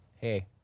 hey